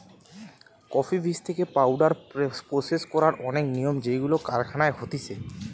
coffee বীজ থেকে powder process করার অনেক নিয়ম যেইগুলো কারখানায় হতিছে